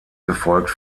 gefolgt